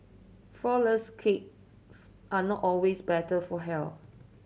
flourless cakes are not always better for health